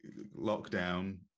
lockdown